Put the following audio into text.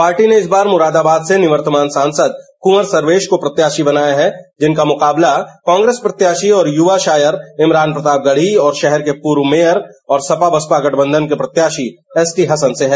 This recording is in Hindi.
पार्टी ने इस बार मुरादाबाद से निवर्तमान सांसद कुंवर सर्वेश को प्रत्याशी बनाया है जिनका मुकाबला कांग्रेस प्रत्याशी और युवा शायर इमरान प्रतापणढ़ी और शहर के पूर्व मेयर और सपा बसपा गठबंधन के प्रत्याशी एसटी हसन से है